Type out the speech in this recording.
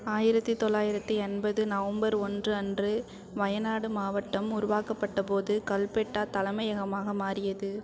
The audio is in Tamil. ஆயிரத்து தொளாயிரத்து எண்பது நவம்பர் ஒன்று அன்று வயநாடு மாவட்டம் உருவாக்கப்பட்டபோது கல்பெட்டா தலைமையகமாக மாறியது